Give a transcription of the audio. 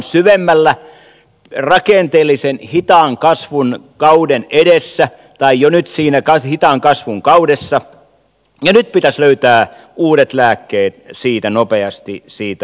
nyt ollaan syvemmällä rakenteellisen hitaan kasvun kauden edessä tai jo nyt siinä hitaan kasvun kaudessa ja nyt pitäisi löytää uudet lääkkeet nopeasti siitä ylös